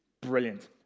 Brilliant